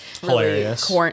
hilarious